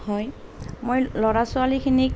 হয় মই ল'ৰা ছোৱালীখিনিক